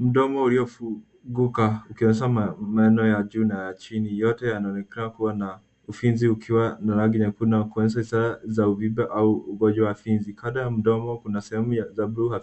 Mdomo uliofunguka ukionyesha meno ya juu na ya chini, yoe yanaonekana kuwa na ufizi ukiwa una rangi nyekundu na kuonyesha ishara za uvimbe au ugonjwa wa fizi. Kando ya mdomo kuna sehemu za buluu